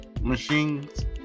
machines